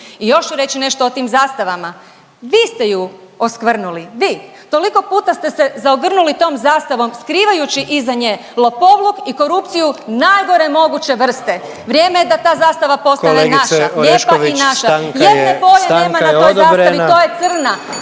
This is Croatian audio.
I još ću reći nešto o tim zastavama. Vi ste je oskvrnuli, vi. Toliko puta ste se zaogrnuli tom zastavom skrivajući iza nje lopovluk i korupciju najgore moguće vrste. Vrijeme je da ta zastava postane naša … …/Upadica predsjednik: Kolegice Orešković stanka